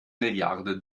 milliarde